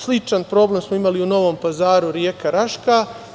Sličan problem smo imali u Novom Pazaru, reka Raška.